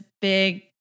big